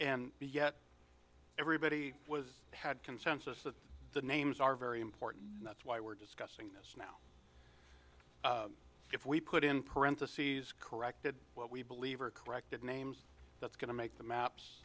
and yet everybody was had consensus that the names are very important and that's why we're discussing this if we put in parentheses corrected what we believe are corrected names that's going to make the maps